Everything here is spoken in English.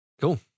Cool